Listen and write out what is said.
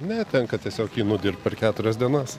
ne tenka tiesiog jį nudirbt per keturias dienas